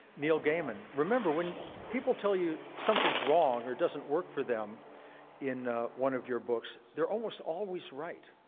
neil gaiman. remember, when people tell you something's wrong or doesn't work for them in one of your books, they're almost always right.